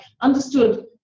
understood